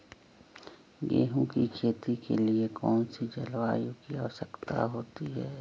गेंहू की खेती के लिए कौन सी जलवायु की आवश्यकता होती है?